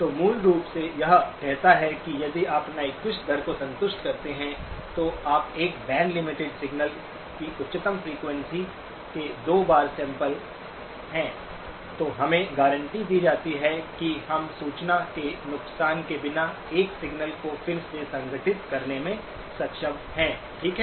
तो मूल रूप से यह कहता है कि यदि आप न्यक्विस्ट दर को संतुष्ट करते हैं तो आप एक बैंड लिमिटेड सिग्नल की उच्चतम फ्रीक्वेंसी के दो बार सैंपल हैं तो हमें गारंटी दी जाती है कि हम सूचना के नुकसान के बिना एक सिग्नल को फिर से संगठित करने में सक्षम हैं ठीक है